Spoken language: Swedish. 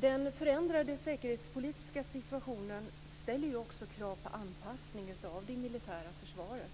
Den förändrade säkerhetspolitiska situationen ställer också krav på anpassning av det militära försvaret.